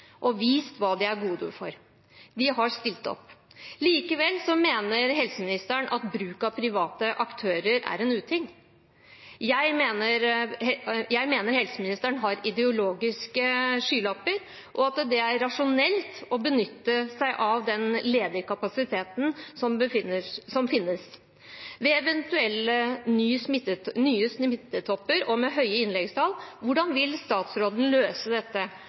og der har de private virkelig stilt opp og vist hva de er gode for. De har stilt opp. Likevel mener helseministeren at bruk av private aktører er en uting. Jeg mener helseministeren har ideologiske skylapper, og at det er rasjonelt å benytte seg av den ledige kapasiteten som finnes. Ved eventuelle nye smittetopper og med høye innleggingstall: Hvordan vil statsråden løse dette,